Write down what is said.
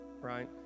right